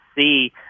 see